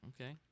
Okay